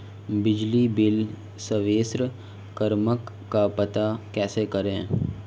बिजली bill service क्रमांक का पता कैसे करें?